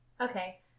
okay